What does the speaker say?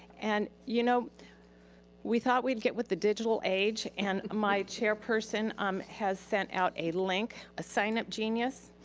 and you know we thought we'd get with the digital age and my chairperson um has sent out a link, a sign up genius,